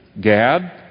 Gad